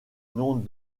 nom